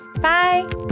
Bye